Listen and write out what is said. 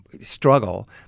Struggle